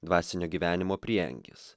dvasinio gyvenimo prieangis